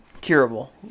curable